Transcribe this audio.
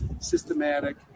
systematic